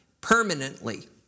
permanently